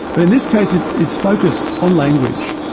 but in this case it's it's focused on language,